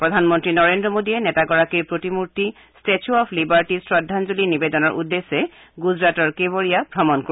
প্ৰধানমন্ত্ৰী নৰেন্দ্ৰ মোদীয়ে নেতাগৰাকীৰ প্ৰতিমূৰ্তি ট্টেছ্যু অৱ লিবাৰ্টিত শ্ৰদ্ধাঞ্জলি নিবেদনৰ উদ্দেশ্যে গুজৰাটৰ কেৱড়িয়া ভ্ৰমণ কৰিব